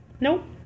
Nope